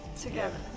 Together